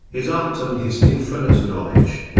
his art and his infinite knowledge.